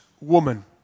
woman